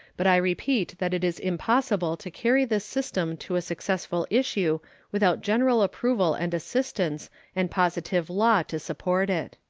but i repeat that it is impossible to carry this system to a successful issue without general approval and assistance and positive law to support it.